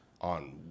on